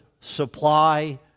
supply